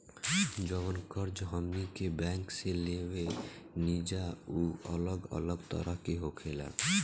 जवन कर्ज हमनी के बैंक से लेवे निजा उ अलग अलग तरह के होखेला